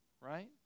right